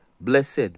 blessed